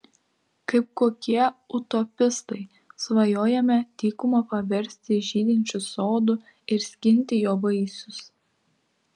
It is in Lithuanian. kaip kokie utopistai svajojome dykumą paversti žydinčiu sodu ir skinti jo vaisius